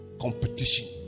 competition